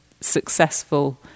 successful